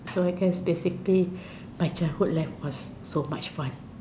so I guess basically my childhood life was so much fun